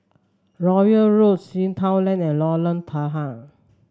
Royal Road Sea Town Lane and Lorong Tahar